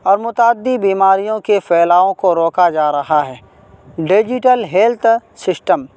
اور متعدی بیماریوں کے پھیلاؤ کو روکا جا رہا ہے ڈیجیٹل ہیلتھ سسٹم